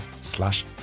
slash